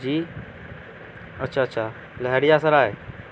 جی اچھا اچھا لہریا سرائے